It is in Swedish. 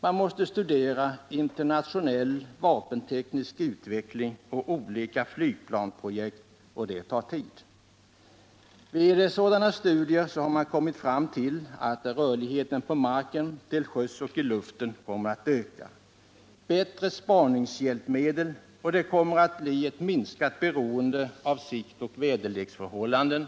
Man måste studera internationell vapenteknisk utveckling och olika flygplansprojekt, och det tar tid. Vid sådana studier har man kommit fram till att rörligheten på marken, till sjöss och i luften kommer att öka. Man kommer att få bättre spaningshjälpmedel och bli mindre beroende av sikt och väderleksförhållanden.